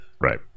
right